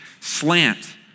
slant